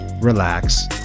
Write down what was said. relax